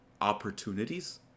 opportunities